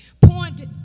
Point